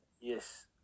yes